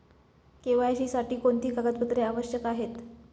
KYC साठी कोणती कागदपत्रे आवश्यक आहेत?